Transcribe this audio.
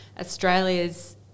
Australia's